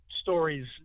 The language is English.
stories